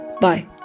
bye